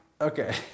Okay